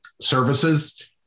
services